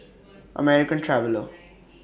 American Traveller